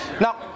Now